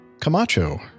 Camacho